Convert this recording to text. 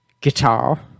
guitar